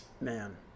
Man